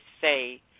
say